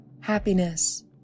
Happiness